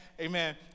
Amen